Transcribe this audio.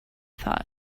thought